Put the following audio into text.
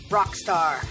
Rockstar